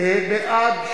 בעד,